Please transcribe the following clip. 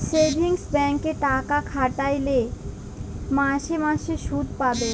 savings ব্যাংকে টাকা খাটাইলে মাসে মাসে সুদ পাবে